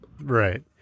Right